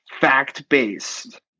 fact-based